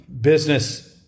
business